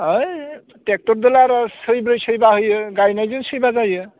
है ट्रेक्टरदोलारो सैब्रै सैबा होयो गायनायजों सैबा जायो